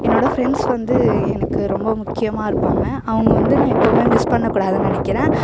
என்னோட ஃப்ரெண்ட்ஸ் வந்து எனக்கு ரொம்ப முக்கியமாக இருப்பாங்க அவங்க வந்து நான் எப்போதும் மிஸ் பண்ணக்கூடாதுன்னு நினைக்கிறேன்